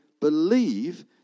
believe